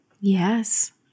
Yes